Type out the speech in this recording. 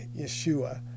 Yeshua